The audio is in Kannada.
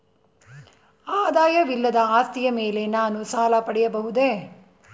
ಆದಾಯವಿಲ್ಲದ ಆಸ್ತಿಯ ಮೇಲೆ ನಾನು ಸಾಲ ಪಡೆಯಬಹುದೇ?